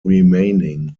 remaining